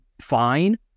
fine